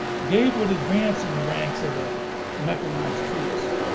gabe would advance in the ranks of the mechanized troops.